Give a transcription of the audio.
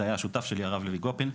זה היה השותף שלי הרב לוי גופן.